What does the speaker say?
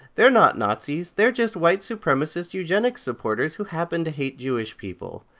they're not nazis, they're just white supremacist eugenics supporters who happen to hate jewish people.